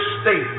state